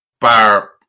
bar